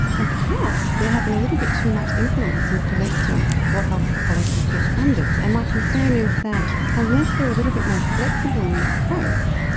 and perhaps they're having a little bit too much influence in selecting what health policies get funded. and my concern is that unless they're a little bit more flexible in their approach,